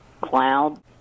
Cloud